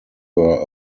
were